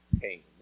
pain